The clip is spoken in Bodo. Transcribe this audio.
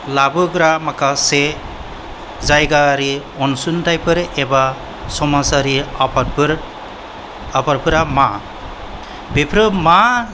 लाबोग्रा माखासे जायगायारि अनसुंथायफोर एबा समाजारि आफादफोर आफादफोरा मा बेफोरो मा